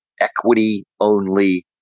equity-only